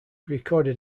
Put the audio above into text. recorded